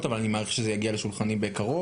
אבל אני מעריך שזה יגיע לשולחני בקרוב.